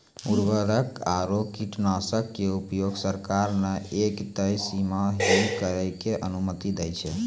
उर्वरक आरो कीटनाशक के उपयोग सरकार न एक तय सीमा तक हीं करै के अनुमति दै छै